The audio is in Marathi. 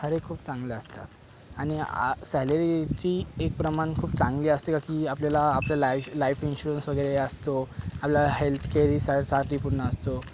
हर एक खूप चांगलं असतं आणि आ सॅलरीची एक प्रमाण खूप चांगली असते की आपल्याला आपलं लाईफ इन्शुरन्स वगैरे असतो आपल्याला हेल्थकेअरही साठी पुन्हा असतो